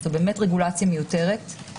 זו רגולציה מיותרת.